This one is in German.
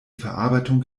verarbeitung